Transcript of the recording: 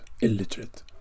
illiterate